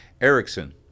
Erickson